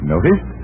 Notice